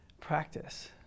practice